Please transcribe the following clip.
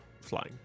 flying